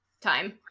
time